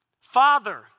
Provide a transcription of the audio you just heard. Father